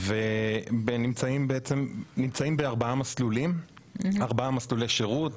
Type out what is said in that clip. הם נמצאים בארבעה מסלולי שירות,